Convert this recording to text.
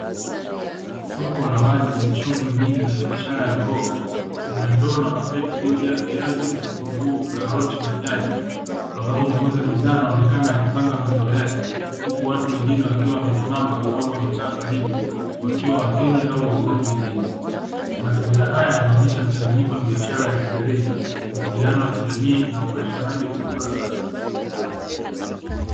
Soko la wazi lenye shughuli nyingi za biashara ya mboga kuna ndoo na market yaliyojaa viazi vikuu karoti na nyanya ambapo muuuza bidhaa anaonekana akipanga mazao yake huku watu wengine wakiwa wamesimama au wamekaa karibu wakiwa wateja au wauzaji wengine. Mazingira haya yanaonyesha mchanganyiko wa biashara ya rejareja mwingiliano wakijamii na upatikanaji wa chakula safi.